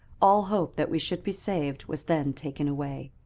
all hope that we should be saved was then taken away.